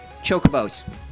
Chocobos